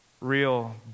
real